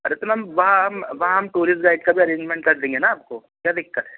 रतलाम वहाँ हम वहाँ हम टूरिस्ट गाइड का भी अरेंजमेंट कर देंगे न आपको क्या दिक्कत है